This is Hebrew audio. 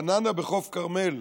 בננה בחוף כרמל,